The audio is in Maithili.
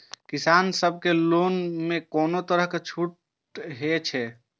किसान सब के लोन में कोनो तरह के छूट हे छे?